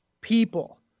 people